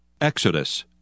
Exodus